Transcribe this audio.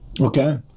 Okay